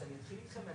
כן,